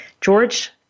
George